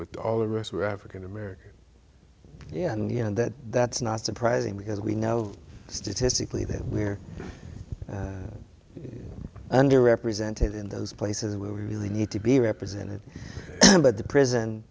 but all the rest were african american yeah and you know that that's not surprising because we know statistically that we're under represented in those places where we really need to be represented but the prison